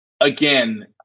again